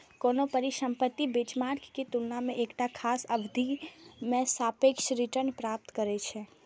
कोनो परिसंपत्ति बेंचमार्क के तुलना मे एकटा खास अवधि मे सापेक्ष रिटर्न प्राप्त करै छै